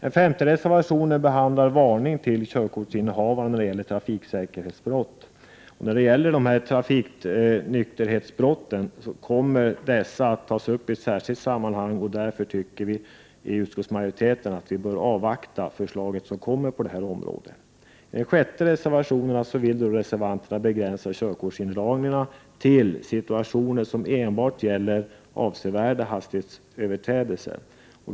I reservation 5 behandlas frågan om varning till körkortsinnehavare vid trafiksäkerhetsbrott. Frågan om trafiknykterhetsbrott kommer att tas upp i ett särskilt sammanhang. Därför tycker vi i utskottsmajoriteten att det finns anledning att avvakta det kommande förslaget på det området. I reservation 6 vill reservanterna begränsa körkortsindragningen till situationer som enbart gäller avsevärda hastighetsöverträdelser.